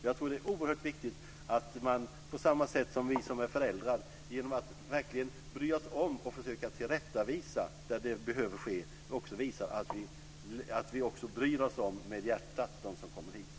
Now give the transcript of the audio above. Jag tror att det är oerhört viktigt att vi på samma sätt som man som förälder visar att man verkligen bryr sig om genom att tillrättavisa där det behövs också visar att vi med hjärtat bryr oss om dem som kommer hit.